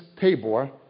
Tabor